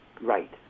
right